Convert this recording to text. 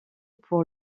pour